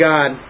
God